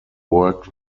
worked